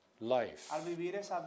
Life